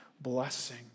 blessing